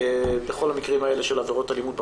בכל המקרים האלה של עבירות אלימות במשפחה.